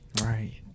Right